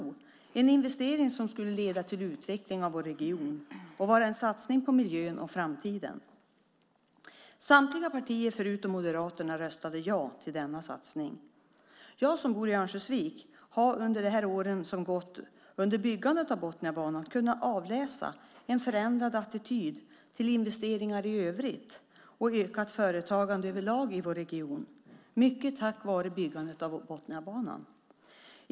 Det var en investering som skulle leda till utvecklingen av vår region. Det var en satsning på miljön och framtiden. Samtliga partier utom Moderaterna röstade ja till den satsningen. Jag som bor i Örnsköldsvik har under de år som byggandet av Botniabanan pågått kunnat avläsa en förändrad attityd till investeringar i vår region, och ett ökat företagande överlag, mycket tack vare just byggandet av Botniabanan.